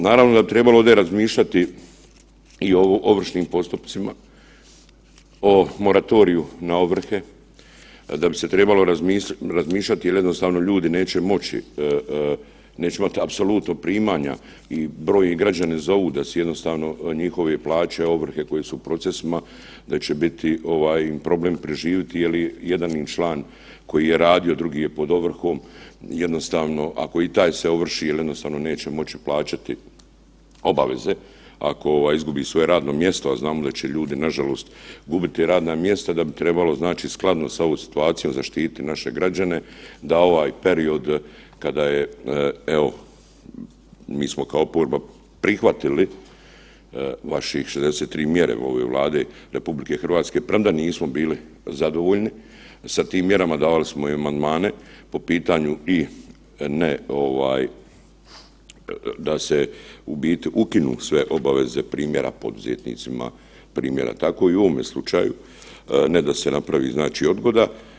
Naravno da bi trebalo ovdje razmišljati i o ovršnim postupcima, o moratoriju na ovrhe, da bi se trebalo razmišljati jer jednostavno ljudi neće moći, neće imati apsolutno primanja i brojni građani zovu da su jednostavno njihove plaće, ovrhe koje su u procesima, da će biti ovaj problem im preživjeti jel jedan im član koji je radio, drugi je pod ovrhom, jednostavno ako i taj se ovrši jednostavno neće moći plaćati obaveze ako ovaj izgubi svoje radno mjesto, a znamo da će ljudi nažalost izgubiti radna mjesta, da bi trebalo znači skladno sa ovom situacijom zaštiti naše građane da ovaj period kada je, evo mi smo kao oporba prihvatili vaših 63 mjere ove Vlade RH premda nismo bili zadovoljni sa tim mjerama, davali smo i amandmane po pitanju i ne ovaj da se u biti ukinu sve obaveze primjera poduzetnicima, primjera tako i u ovome slučaju, ne da se napravi znači odgoda.